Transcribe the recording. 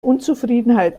unzufriedenheit